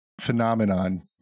phenomenon